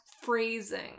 phrasing